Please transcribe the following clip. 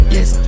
Yes